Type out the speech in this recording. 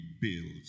builds